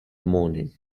morning